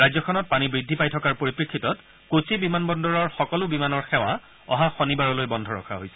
ৰাজ্যখনত পানী বৃদ্ধি পাই থকাৰ পৰিপ্ৰেক্ষিতত কোচি বিমানবন্দৰৰ সকলো বিমানৰ সেৱা অহা শনিবাৰলৈ বন্ধ ৰখা হৈছে